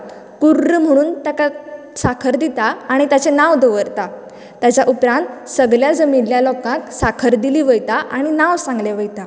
पुर्रर म्हणून ताका साखर दिता आनी ताचे नांव दवरता ताचे उपरांत सगळें जमिल्ल्या लोकांक साखर दिता आनी नांव सांगले वयता